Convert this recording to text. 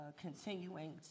continuing